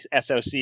SOC